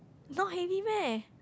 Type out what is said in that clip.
not heavy meh